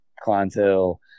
clientele